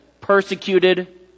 Persecuted